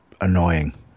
annoying